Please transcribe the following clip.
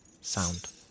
sound